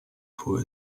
poor